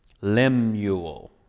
Lemuel